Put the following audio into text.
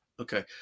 Okay